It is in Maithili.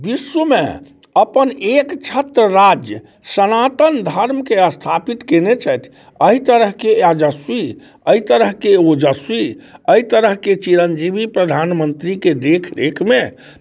विश्वमे अपन एकछत्र राज्य सनातन धर्मके स्थापित केने छथि एहि तरहके यशस्वी अइ तरहके ओजस्वी अइ तरहके चिरञ्जीवी प्रधानमन्त्रीके देख रेखमे